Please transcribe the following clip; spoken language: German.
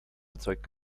erzeugt